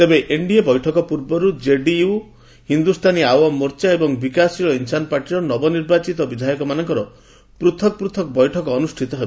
ତେବେ ଏନ୍ଡିଏ ବୈଠକ ପୂର୍ବରୁ କେଡିୟୁ ହିନ୍ଦୁସ୍ତାନୀ ଆୱାମ୍ ମୋର୍ଚ୍ଚା ଏବଂ ବିକାଶଶୀଳ ଇନ୍ସାନ୍ ପାର୍ଟିର ନବନିର୍ବାଚିତ ବିଧାୟକମାନଙ୍କର ପୂଥକ୍ ପୃଥକ୍ ବୈଠକ ଅନୁଷ୍ଠିତ ହେବ